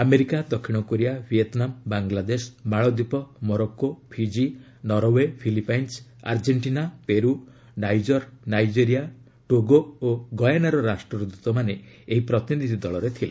America ଦକ୍ଷିଣ Korea Vietnam Bangladesh ମାଳଦୀପ Morocco Fiji Norway Philippines Argentina Peru Niger Nigeria Togo ଓ ଗୟାନାର ରାଷ୍ଟ୍ରଦତମାନେ ଏହି ପ୍ରତିନିଧି ଦଳରେ ଥିଲେ